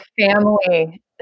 family